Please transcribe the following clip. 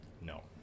No